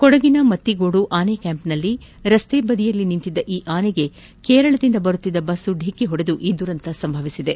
ಕೊಡಗಿನ ಮತ್ತಿಗೋಡು ಆನೆ ಕ್ಯಾಂಪ್ನಲ್ಲಿ ರಸ್ತೆ ಬದಿಯಲ್ಲಿ ನಿಂತಿದ್ದ ಈ ಆನೆಗೆ ಕೇರಳದಿಂದ ಬರುತ್ತಿದ್ದ ಬಸ್ ಡಿಕ್ಕಿ ಹೊಡೆದು ಈ ದುರಂತ ಸಂಭವಿಸಿದೆ